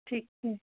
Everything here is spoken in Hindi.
ठीक है